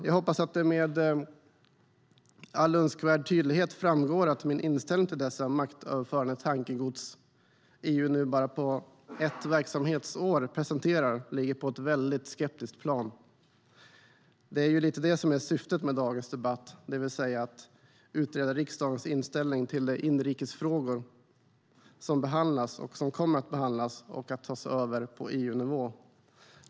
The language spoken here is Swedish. Jag hoppas att det med all önskvärd tydlighet framgår att min inställning till detta maktöverförande tankegods som EU nu under bara ett verksamhetsår presenterar ligger på ett väldigt skeptiskt plan. Det är ju lite det som är syftet med dagens debatt, det vill säga att utreda riksdagens inställning till de inrikesfrågor som behandlas och kommer att behandlas och tas över på EU-nivå.